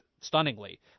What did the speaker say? stunningly